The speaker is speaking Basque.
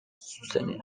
zuzenean